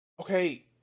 Okay